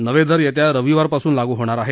नवे दर येत्या रविवारपासून लागू होणार आहेत